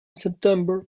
september